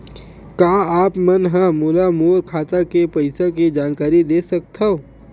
का आप मन ह मोला मोर खाता के पईसा के जानकारी दे सकथव?